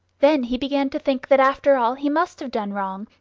then he began to think that after all he must have done wrong,